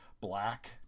black